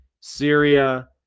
Syria